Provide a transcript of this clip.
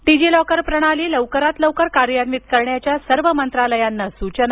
डीजी locker प्रणाली लवकरात लवकर कार्यान्वित करण्याच्या सर्व मंत्रालयांना सूचना